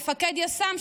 מפקד יס"מ,